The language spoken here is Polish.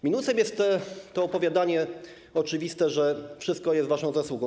Minusem natomiast jest to opowiadanie oczywiste, że wszystko jest waszą zasługą.